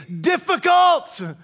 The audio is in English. difficult